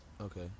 okay